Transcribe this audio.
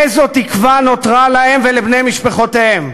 איזו תקווה נותרה להם ולבני משפחותיהם?